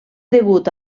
degut